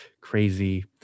crazy